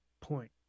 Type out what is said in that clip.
point